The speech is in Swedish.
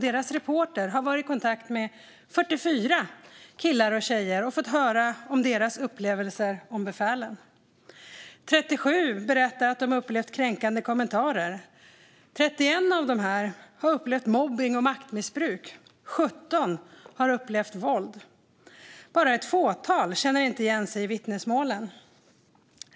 Deras reporter har varit i kontakt med 44 killar och tjejer och fått höra om deras upplevelser av befälen. Av dem berättar 37 att de har upplevt kränkande kommentarer, 31 av dem har upplevt mobbning och maktmissbruk och 17 har upplevt våld. Bara ett fåtal känner inte igen sig i vittnesmålen.